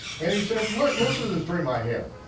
and he said listen to this dream i had.